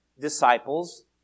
disciples